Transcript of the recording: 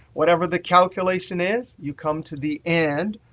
whatever the calculation is, you come to the and,